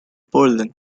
berlin